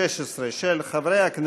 הצעת החוק אושרה בקריאה טרומית,